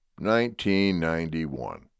1991